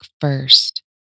first